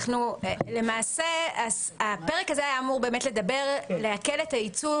למעשה הפרק הזה היה אמור להקל את הייצוא